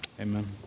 Amen